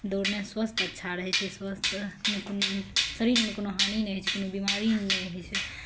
दौड़नेसँ स्वास्थ्य अच्छा रहै छै स्वास्थ्य शरीरमे कोनो हानि नहि होइ छै कोनो बिमारी नहि होइ छै